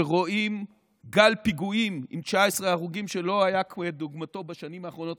שרואים גל פיגועים עם 19 הרוגים שלא היה כדוגמתו בשנים האחרונות.